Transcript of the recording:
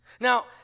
Now